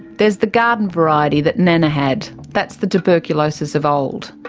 there's the garden variety that nana had, that's the tuberculosis of old.